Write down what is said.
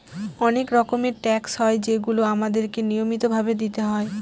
অনেক রকমের ট্যাক্স হয় যেগুলো আমাদেরকে নিয়মিত ভাবে দিতে হয়